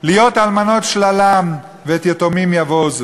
להיות אלמנות שללם ואת יתומים יבֹזו,